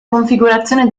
configurazione